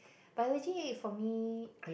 biology for me